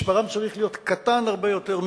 מספרם צריך להיות קטן הרבה יותר,